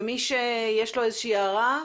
ומי שיש לו איזושהי הערה,